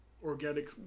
organic